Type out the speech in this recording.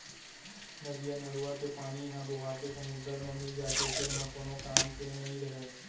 नदियाँ, नरूवा के पानी ह बोहाके समुद्दर म मिल जाथे तेन ह कोनो काम के नइ रहय